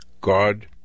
God